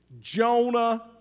Jonah